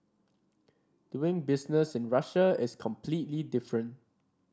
doing business in Russia is completely different